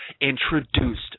introduced